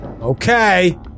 okay